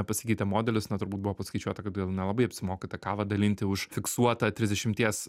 pasikeitė modelis na turbūt buvo paskaičiuota kad gal nelabai apsimoka tą kavą dalinti už fiksuotą trisdešimties